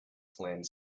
planned